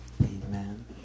Amen